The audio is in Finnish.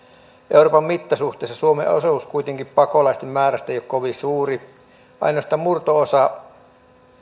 euroopan mittasuhteessa suomen osuus pakolaisten määrästä ei kuitenkaan ole kovin suuri ainoastaan murto osa